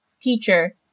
teacher